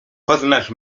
poznasz